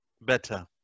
better